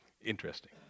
Interesting